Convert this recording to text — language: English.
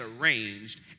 arranged